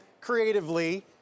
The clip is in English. creatively